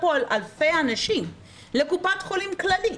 על אלפי אנשים לקופת חולים כללית,